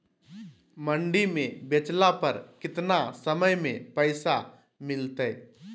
मंडी में बेचला पर कितना समय में पैसा मिलतैय?